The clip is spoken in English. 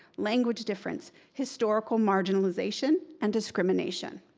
language difference, historical marginalization, and discrimination.